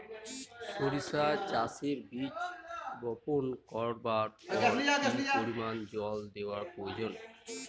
সরিষা চাষে বীজ বপন করবার পর কি পরিমাণ জল দেওয়া প্রয়োজন?